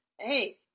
hey